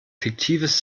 fiktives